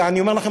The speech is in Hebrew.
ואני אומר לכם,